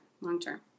long-term